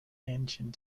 engine